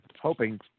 hoping